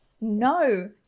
No